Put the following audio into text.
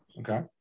Okay